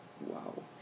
wow